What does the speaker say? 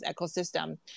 ecosystem